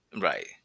Right